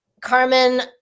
Carmen